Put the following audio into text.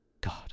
god